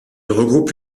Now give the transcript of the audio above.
regroupe